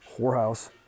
Whorehouse